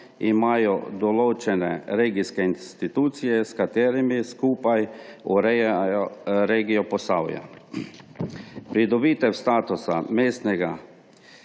določene regijske institucije, s katerimi skupaj urejajo regijo Posavje. Pridobitev mestnega